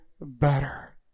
better